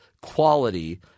quality